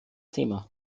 thema